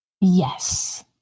Yes